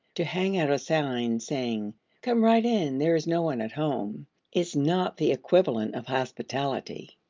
to hang out a sign saying come right in there is no one at home is not the equivalent of hospitality.